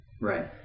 Right